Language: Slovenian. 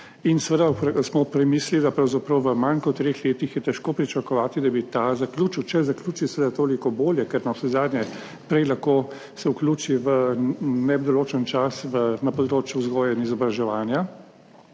In seveda smo premislili, da pravzaprav v manj kot treh letih je težko pričakovati, da bi ta zaključil, če zaključi, seveda toliko bolje, ker navsezadnje prej lahko se vključi v nedoločen čas na področju vzgoje in izobraževanja.